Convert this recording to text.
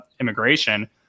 immigration